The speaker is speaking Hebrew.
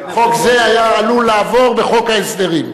חוק זה היה עלול לעבור בחוק ההסדרים,